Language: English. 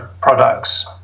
products